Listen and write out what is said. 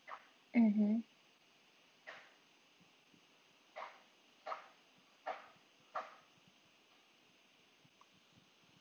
mmhmm